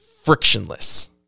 frictionless